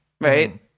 right